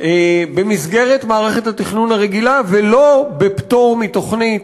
במסגרת מערכת התכנון הרגילה, ולא בפטור מתוכנית,